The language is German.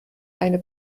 eine